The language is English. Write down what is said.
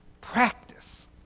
practice